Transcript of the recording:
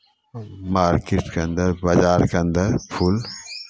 मारकेटके अन्दर बाजारके अन्दर फूल